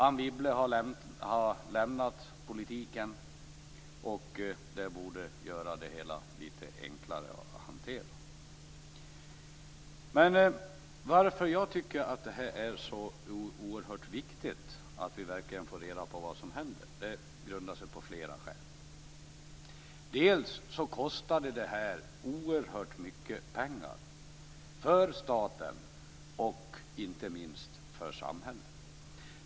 Anne Wibble har lämnat politiken, vilket borde göra det hela litet enklare att hantera. Anledningarna till att jag tycker att det är så oerhört viktigt att vi verkligen får reda på vad som hände är flera. Det här kostade oerhört mycket pengar för staten och, inte minst, för samhället.